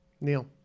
Neil